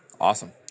Awesome